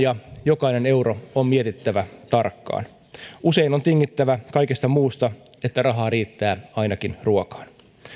ja jokainen euro on mietittävä tarkkaan usein on tingittävä kaikesta muusta että rahaa riittää ainakin ruokaan